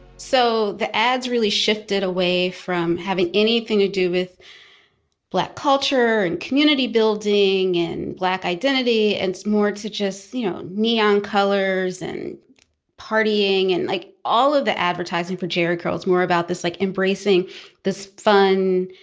so the ads really shifted away from having anything to do with black culture and community building and black identity, and it's more to just, you know, neon colors and partying. like all of the advertising for jheri curl is more about this like embracing this fun,